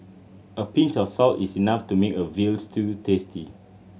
a pinch of salt is enough to make a veal stew tasty